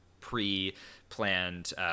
pre-planned